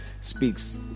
speaks